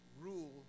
rule